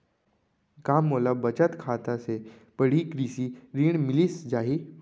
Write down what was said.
का मोला बचत खाता से पड़ही कृषि ऋण मिलिस जाही?